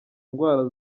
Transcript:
ndwara